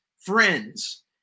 friends